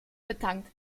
betankt